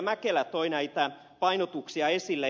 mäkelä toi näitä painotuksia esille